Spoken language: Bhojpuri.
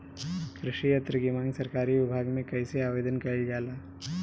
कृषि यत्र की मांग सरकरी विभाग में कइसे आवेदन कइल जाला?